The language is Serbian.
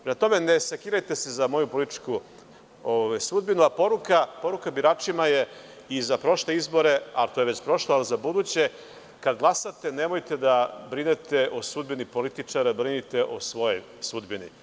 Prema tome, ne sekirajte se za moju političku sudbinu, a poruka biračima je i za prošle izbore, a to je već prošlo, ali za buduće, kada glasate nemojte da brinete o sudbini političara, brinite o svojoj sudbini.